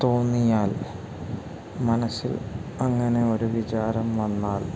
തോന്നിയാൽ മനസ്സിൽ അങ്ങനെ ഒരു വിചാരം വന്നാൽ